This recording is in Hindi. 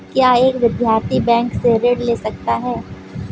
क्या एक विद्यार्थी बैंक से ऋण ले सकता है?